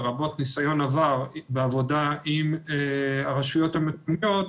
לרבות ניסיון עבר בעבודה עם הרשויות המקומיות,